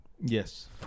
Yes